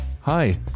Hi